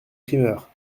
primeurs